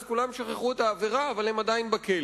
כולם שכחו את העבירה אבל הם עדיין בכלא.